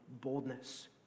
boldness